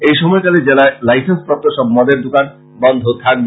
ওই সময়কালে জেলায় লাইসেন্সপ্রাপ্ত সব মদের দোকান বন্ধ থাকবে